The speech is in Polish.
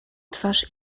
twarz